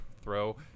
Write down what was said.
throw